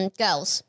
girls，